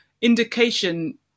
indication